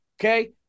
Okay